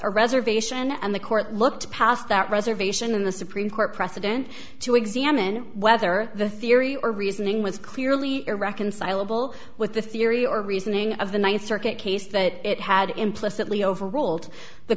a reservation and the court looked past that reservation in the supreme court precedent to examine whether the theory or reasoning was clearly irreconcilable with the theory or reasoning of the ninth circuit case that it had implicitly overruled the